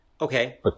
Okay